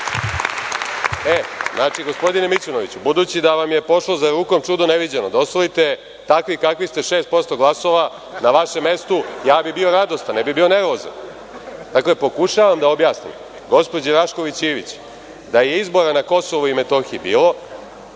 toga. Znači, gospodine Mićunoviću, budući da vam je pošlo za rukom čudo neviđeno da osvojite, takvi kakvi ste, 6% glasova, na vašem mestu bih bio radostan, a ne nervozan. Pokušavam da objasnim gospođi Rašković-Ivić da je izbora na Kosovu i Metohiji bilo,